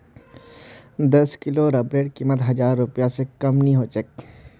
दस किलो रबरेर कीमत हजार रूपए स कम नी ह तोक